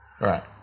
right